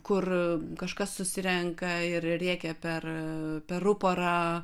kur kažkas susirenka ir rėkia per per ruporą